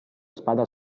spada